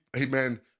amen